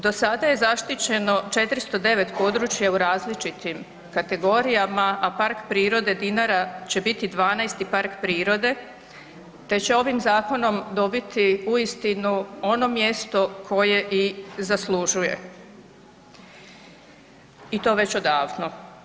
Do sada je zaštićeno 409 područja u različitim kategorijama, a PP Dinara će biti 12. park prirode te će ovim zakonom dobiti uistinu ono mjesto koje i zaslužuje i to već odavno.